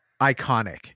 iconic